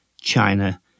China